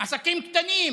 עסקים קטנים.